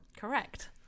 Correct